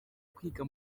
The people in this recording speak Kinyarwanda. kwiga